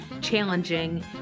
challenging